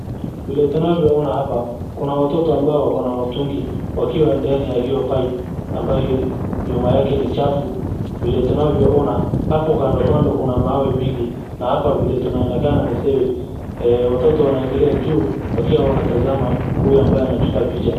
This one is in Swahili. Vile tunavyoona hapa, kuna watoto ambao wako na mtungi wakiwa ndani ya hiyo pipe ambayo nyuma yake ni chafu, vile tunavyoona, hapo kando kando kuna mawe mingi na hapa vile inaonekana ni sewage. Watoto wanaangalia juu wakiwa wanatazama huyo ambaye anachukua picha.